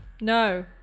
No